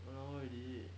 one hour already